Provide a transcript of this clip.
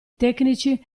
tecnici